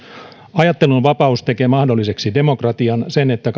ajattelun vapaus tekee mahdolliseksi demokratian sen että